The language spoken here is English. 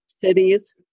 cities